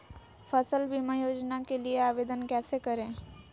फसल बीमा योजना के लिए आवेदन कैसे करें?